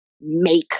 make